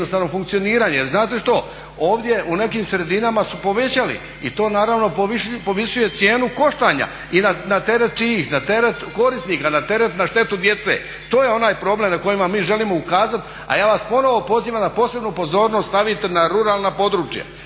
znate što? Ovdje u nekim sredinama su povećali i to naravno povisuje cijenu koštanja. I na teret čijih? Na teret korisnika, na teret, na štetu djece. To je onaj problem na koje mi želimo ukazati. A ja vas ponovno pozivam da posebnu pozornost stavite na ruralna područja.